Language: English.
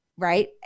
right